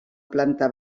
planta